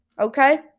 Okay